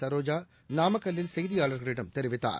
சரோஜாநாமக்கல்லில் செய்தியாளா்களிடம் தெரிவித்தார்